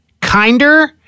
kinder